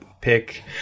pick